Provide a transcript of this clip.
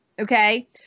Okay